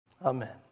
Amen